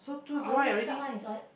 not oily scalp one is oil